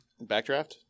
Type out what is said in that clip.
Backdraft